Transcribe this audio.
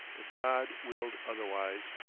but god willed otherwise.